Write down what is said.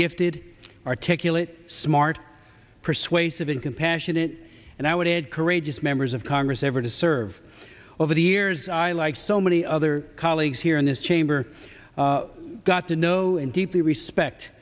gifted articulate smart persuasive and compassionate and i would add courageous members of congress ever to serve over the years i like so many other colleagues here in this chamber got to know and deeply respect